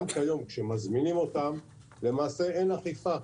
גם כיום כאשר מזמינים אותם, למעשה אין אכיפה.